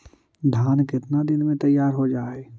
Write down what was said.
धान केतना दिन में तैयार हो जाय है?